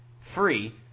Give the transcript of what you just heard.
Free